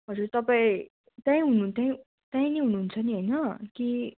हजुर तपाईँ त्यहीँ हुनुन्थ्यो त्यहीँ नै हुनुहुन्छ नि होइन कि